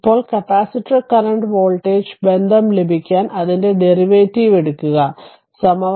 ഇപ്പോൾ capacitor current voltage ബന്ധം ലഭിക്കാൻ അതിന്റെ ഡെറിവേറ്റീവ് എടുക്കുക സമവാക്യം 1 ൽ